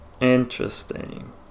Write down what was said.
Interesting